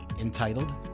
entitled